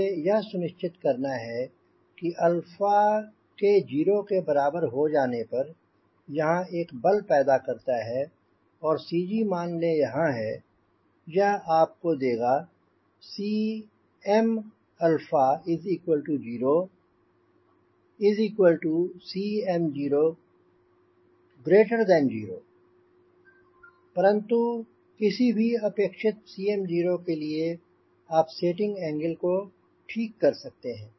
उससे यह सुनिश्चित करना है कि अल्फा के 0 के बराबर हो जाने पर यह यहांँ एक बल पैदा करता है और CG मान ले यहांँ है यह आपको देगा Cm0 Cm00 परंतु किसी भी अपेक्षित 𝐶mo के लिए आप सेटिंग एंगल को ठीक कर सकते हैं